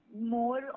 more